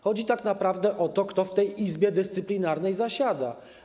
Chodzi tak naprawdę o to, kto w tej Izbie Dyscyplinarnej zasiada.